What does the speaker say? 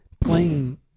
playing